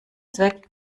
zweck